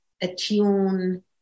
attune